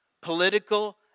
political